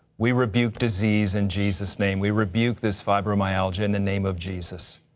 we rebuke disease in jesus' name. we rebuke this fibromyalgia in the name of jesus.